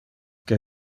que